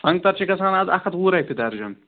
سنٛگتَر چھِ گژھان آز اَکھ ہَتھ وُہ رۄپیہِ دَرجَن